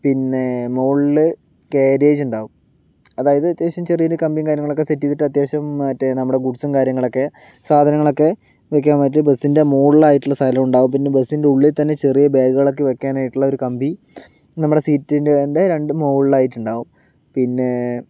പിന്നെ മുകളിൽ ക്യാരേജുണ്ടാവും അതായത് അത്യാവശ്യം ചെറിയൊരു കമ്പിയും കാര്യങ്ങളൊക്കെ സെറ്റ് ചെയ്തിട്ട് അത്യാവശ്യം മറ്റേ നമ്മുടെ ഗുഡ്സും കാര്യങ്ങളൊക്കെ സാധനങ്ങളൊക്കെ വെക്കാൻ പറ്റിയ ബസിൻ്റെ മുകളിലായിട്ടുള്ള സ്ഥലം ഉണ്ടാകും പിന്നെ ബസ്സിൻ്റെ ഉള്ളിൽ തന്നെ ചെറിയ ബാഗുകൾ ഒക്കെ വയ്ക്കാനായിട്ടുള്ള ഒരു കമ്പി നമ്മുടെ സീറ്റിൻ്റെ രണ്ട് മുകളിലായിട്ടുണ്ടാവും പിന്നെ